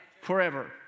forever